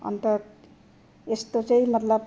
अन्त यस्तो चाहिँ मतलब